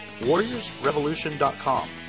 warriorsrevolution.com